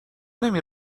نمی